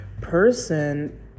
person